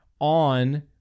on